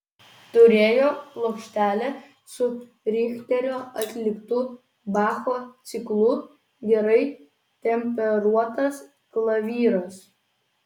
turėjo plokštelę su richterio atliktu bacho ciklu gerai temperuotas klavyras